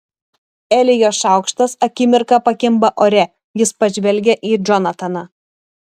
elijo šaukštas akimirką pakimba ore jis pažvelgia į džonataną